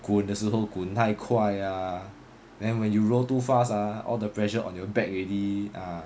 滚的时候滚太快啊 then when you roll too fast ah all the pressure on your back already ah